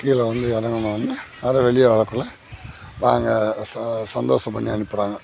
கீழே வந்து இறங்குன ஒடனே அதை வெளியே வரக்குள்ளே வாங்க ச சந்தோஷம் பண்ணி அனுப்புகிறாங்க